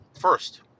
First